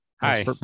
Hi